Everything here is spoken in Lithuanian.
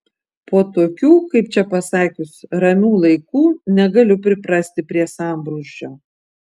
po tokių kaip čia pasakius ramių laikų negaliu priprasti prie sambrūzdžio